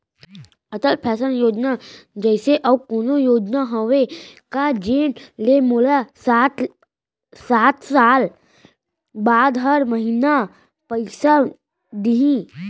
Atal pension योजना जइसे अऊ कोनो योजना हावे का जेन ले मोला साठ साल बाद हर महीना पइसा दिही?